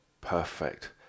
perfect